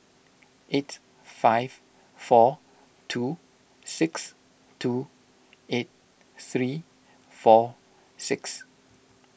eight five four two six two eight three four six